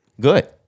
Good